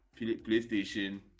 playstation